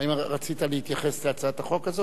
האם רצית להתייחס להצעת החוק הזאת?